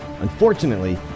Unfortunately